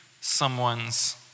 someone's